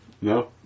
No